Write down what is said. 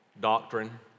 doctrine